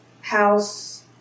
house